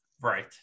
Right